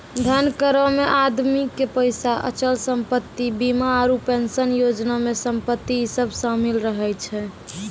धन करो मे आदमी के पैसा, अचल संपत्ति, बीमा आरु पेंशन योजना मे संपत्ति इ सभ शामिल रहै छै